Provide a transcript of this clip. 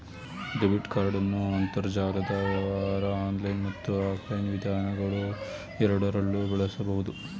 debit ಕಾರ್ಡನ್ನು ಅಂತರ್ಜಾಲದ ವ್ಯವಹಾರ ಆನ್ಲೈನ್ ಮತ್ತು ಆಫ್ಲೈನ್ ವಿಧಾನಗಳುಎರಡರಲ್ಲೂ ಬಳಸಬಹುದು